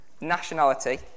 nationality